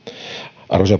arvoisa